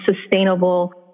sustainable